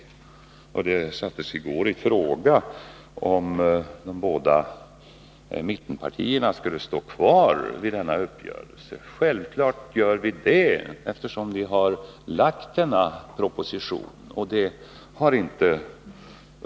Det sattes i går i fråga om de båda mittenpartierna skulle stå kvar vid denna uppgörelse. Självfallet gör vi det, eftersom vi har lagt fram denna proposition.